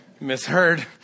misheard